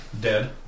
Dead